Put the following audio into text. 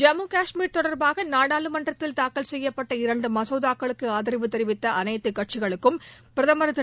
ஜம்மு கஷ்மீர் தொடர்பாக நாடாளுமன்றத்தில் தாக்கல் செய்யப்பட்ட இரண்டு மசோதாக்களுக்கு ஆதரவு தெரிவித்த அனைத்து கட்சிகளுக்கும் பிரதமர் திரு